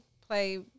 play